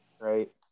right